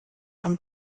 einem